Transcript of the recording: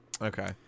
Okay